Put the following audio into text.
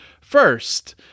first